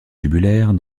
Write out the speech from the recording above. tubulaire